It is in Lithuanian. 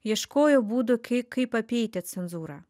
ieškojo būdų ka kaip apeiti cenzūrą